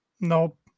Nope